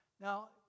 Now